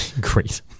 Great